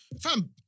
fam